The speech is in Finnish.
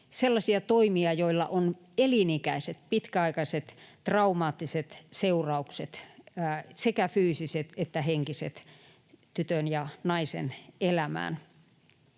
sellaisia toimia, joilla on elinikäiset, pitkäaikaiset, traumaattiset seuraukset — sekä fyysiset että henkiset — tytön ja naisen elämään.